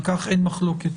על כך אין מחלוקת,